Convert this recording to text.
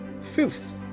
Fifth